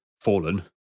fallen